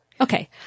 Okay